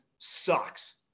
sucks